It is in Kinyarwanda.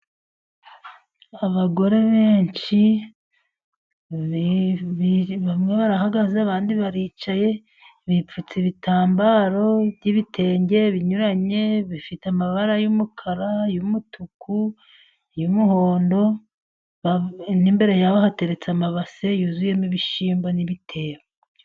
Abagore benshi bamwe barahagaze abandi baricaye, bipfutse ibitambaro by'ibitenge binyuranye bifite amabara y'umukara, y'umutuku, y'umuhondo, n'imbere yabo hateretse amabase yuzuyemo ibishyimbo n'ibitebo.